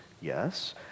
yes